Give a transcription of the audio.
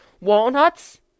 walnuts